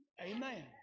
amen